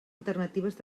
alternatives